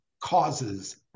causes